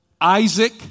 Isaac